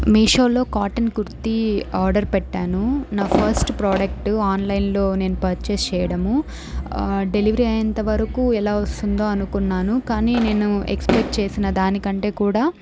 మీషోలో cotton kurti order పెట్టాను నా ఫస్ట్ ప్రోడక్ట్ ఆన్లైన్లో నేను పర్చేస్ చేయడము డెలివరీ అయ్యేంత వరకు ఎలా వస్తుందో అనుకున్నాను కానీ నేను ఎక్స్పెక్ట్ చేసిన దాని కంటే కూడా